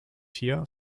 here